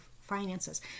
finances